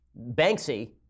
Banksy